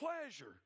pleasure